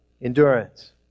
endurance